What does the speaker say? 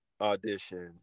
audition